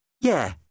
Yeah